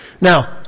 now